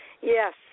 Yes